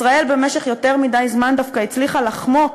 ישראל במשך יותר מדי זמן דווקא הצליחה לחמוק